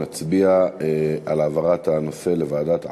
נצביע על העברת הנושא לוועדת ערו"ב,